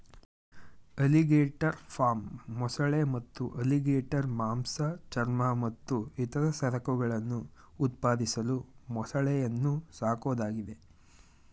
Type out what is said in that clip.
alligator farm ಮೊಸಳೆ ಮತ್ತು alligator ಮಾಂಸ ಚರ್ಮ ಮತ್ತು ಇತರ ಸರಕುಗಳನ್ನು ಉತ್ಪಾದಿಸಲು ಮೊಸಳೆಯನ್ನು ಸಾಕೋದಾಗಿದೆ